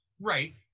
Right